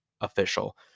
official